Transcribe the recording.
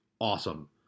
Awesome